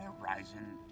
horizon